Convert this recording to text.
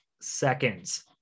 seconds